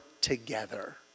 together